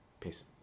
Peace